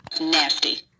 Nasty